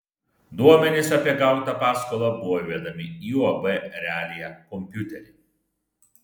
duomenys apie gautą paskolą buvo įvedami į uab realija kompiuterį